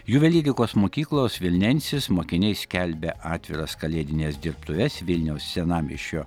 juvelyrikos mokyklos vilnensis mokiniai skelbia atviras kalėdines dirbtuves vilniaus senamiesčio